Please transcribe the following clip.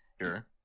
sure